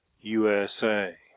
USA